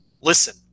listen